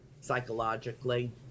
psychologically